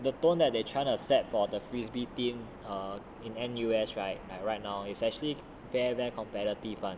the tone that they trying to set for the frisbee team um in N_U_S right like right now it's actually very very competitive [one]